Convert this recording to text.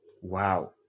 Wow